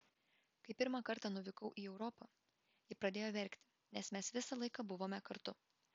kai pirmą kartą nuvykau į europą ji pradėjo verkti nes mes visą laiką buvome kartu